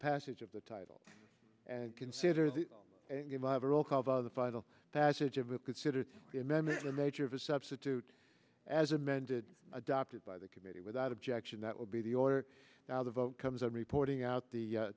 passage of the title and considers the final passage of a considered immature nature of a substitute as amended adopted by the committee without objection that will be the order now the vote comes on reporting out the